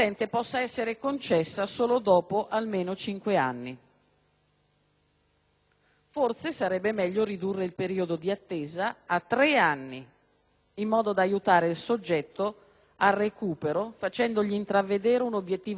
Forse sarebbe meglio ridurre il periodo di attesa a tre anni in modo da aiutare il soggetto al recupero, facendogli intravedere un obiettivo possibile in un arco di tempo non breve (tre anni)